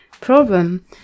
problem